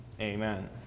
amen